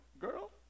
girl